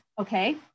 okay